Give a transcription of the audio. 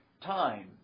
time